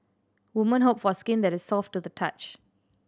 woman hope for skin that is soft to the touch